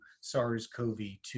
SARS-CoV-2